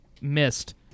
missed